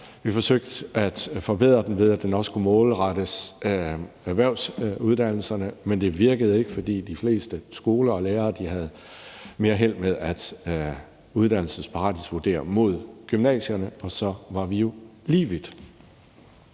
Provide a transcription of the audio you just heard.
Vi forsøgte at forbedre den ved at indføre, at den også skulle målrettes erhvervsuddannelserne, men det virkede ikke, fordi de fleste skoler og lærere havde mere held med at uddannelsesparathedsvurdere mod gymnasierne, og så var vi jo lige vidt.